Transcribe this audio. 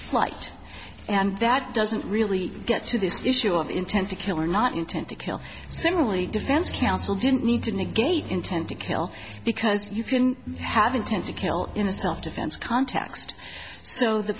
flight and that doesn't really get to this issue of intent to kill or not intent to kill so the only defense counsel didn't need to negate intent to kill because you can have intent to kill in self defense context so the